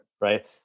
right